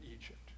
Egypt